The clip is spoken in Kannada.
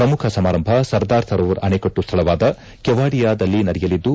ಪ್ರಮುಖ ಸಮಾರಂಭ ಸರ್ದಾರ್ ಸರೋವರ್ ಅಣೆಕಟ್ಟು ಶ್ಥಳವಾದ ಕೆವಾಡಿಯಾದಲ್ಲಿ ನಡೆಯಲಿದ್ದು